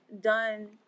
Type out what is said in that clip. done